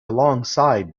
alongside